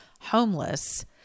homeless